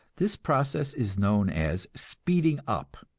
this process is known as speeding up,